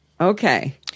Okay